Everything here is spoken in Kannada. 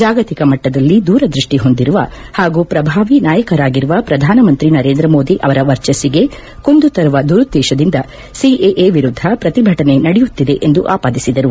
ಜಾಗತಿಕ ಮಟ್ಟದಲ್ಲಿ ದೂರದೃಷ್ಟಿ ಹೊಂದಿರುವ ಹಾಗೂ ಪ್ರಭಾವಿ ನಾಯಕರಾಗಿರುವ ಪ್ರಧಾನಮಂತ್ರಿ ನರೇಂದ್ರ ಮೋದಿ ಅವರ ವರ್ಚಸ್ತಿಗೆ ಕುಂದು ತರುವ ದುರುದ್ಲೇಶದಿಂದ ಸಿಎಎ ವಿರುದ್ದ ಪ್ರತಿಭಟನೆ ನಡೆಯುತ್ತಿದೆ ಎಂದು ಆಪಾದಿಸಿದರು